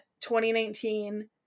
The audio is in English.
2019